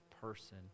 person